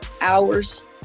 hours